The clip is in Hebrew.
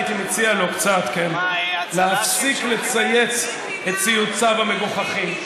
הייתי מציע לו קצת להפסיק לצייץ את ציוציו המגוחכים.